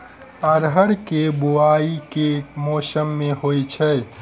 अरहर केँ बोवायी केँ मौसम मे होइ छैय?